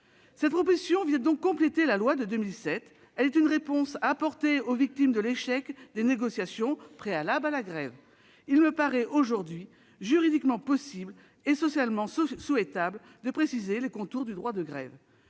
Cette proposition vient donc compléter la loi de 2007. Elle est une réponse apportée aux victimes de l'échec des négociations préalables à la grève. Il nous paraît aujourd'hui juridiquement possible et socialement souhaitable de préciser les contours du droit de grève.,